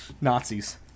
Nazis